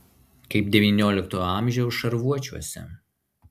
kaip devynioliktojo amžiaus šarvuočiuose